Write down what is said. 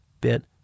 bit